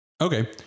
Okay